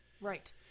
Right